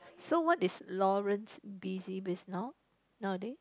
so what is Lawrance busy with now nowaday